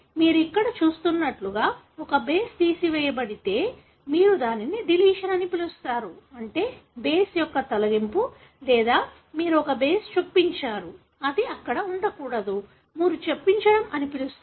కానీ మీరు ఇక్కడ చూస్తున్నట్లుగా ఒక బేస్ తీసివేయబడితే మీరు దానిని డిలీషన్ అని పిలుస్తారు అంటే బేస్ యొక్క తొలగింపు లేదా మీరు ఒక బేస్ చొప్పించారు అది అక్కడ ఉండకూడదు మీరు చొప్పించడం అని పిలుస్తారు